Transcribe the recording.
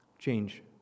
Change